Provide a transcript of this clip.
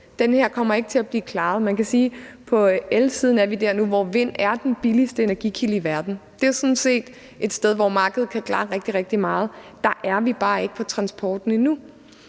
Det her kommer ikke til at blive klaret på den måde. Man kan sige, at vi på elsiden nu er der, hvor vind er den billigste energikilde i verden. Det er sådan set et sted, hvor markedet kan klare rigtig, rigtig meget, men der er vi bare ikke på transporten endnu.